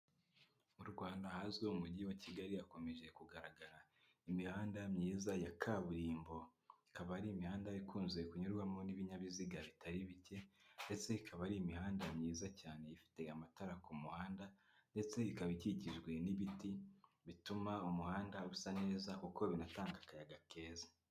u Rwanda ahazwi nko mu umujyi wa kigali hakomeje kugaragara imihanda myiza ya kaburimbo. Ikaba ari imihanda ikunze kunyurwamo n'ibinyabiziga bitari bike ndetse ikaba ari imihanda myiza cyane ifite amatara ku muhanda ndetse ikaba ikikijwe n'ibiti bituma umuhanda usa neza kuko binatanga akayaga keza.